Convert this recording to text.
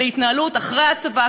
להתנהלות אחרי הצבא,